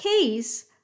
case